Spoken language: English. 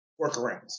workarounds